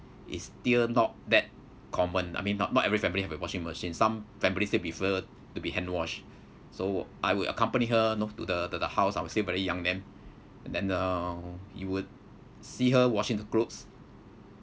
is still not that common I mean not not every family have a washing machine some family still prefer to be hand washed so I would accompany her you know to the to the house I was still very young then and then uh you would see her washing the clothes